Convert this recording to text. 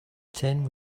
tin